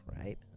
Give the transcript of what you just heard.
Right